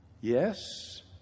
Yes